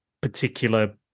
particular